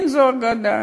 אין זו אגדה.